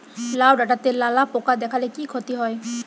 লাউ ডাটাতে লালা পোকা দেখালে কি ক্ষতি হয়?